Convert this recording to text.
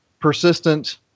persistent